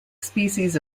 species